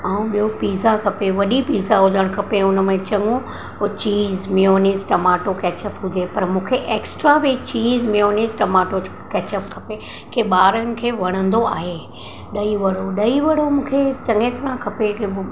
ऐं ॿियो पिज़ा खपे वॾी पिज़ा हुजणु खपे हुन में चङो हो चीज़ मियोनिस टमाटो कैचअप हुजे पर मूंखे ऐक्स्ट्रा उहे चीज़ मियोनिस टमाटो कैचअप खपे के ॿारनि खे वणंदो आहे ॾही वड़ो मूंखे चङी तरह खपे कि